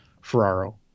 Ferraro